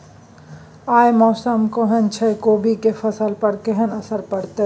आय मौसम केहन छै कोबी के फसल पर केहन असर परतै?